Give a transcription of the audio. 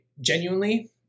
genuinely